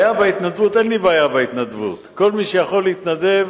אין לי בעיה בהתנדבות, כל מי שיכול להתנדב,